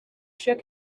shook